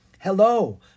Hello